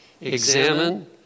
examine